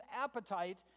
appetite